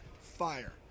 fire